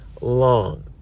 long